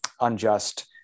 unjust